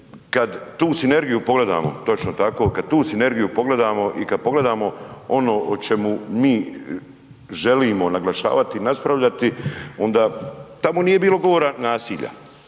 kad tu sinergiju pogledamo, točno tako, kad tu sinergiju pogledamo i kad pogledamo ono o čemu mi želimo naglašavati i raspravljati onda, tamo nije bilo govora nasilja.